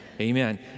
Amen